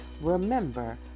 Remember